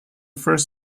first